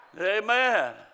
Amen